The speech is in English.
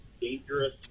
Dangerous